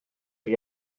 chi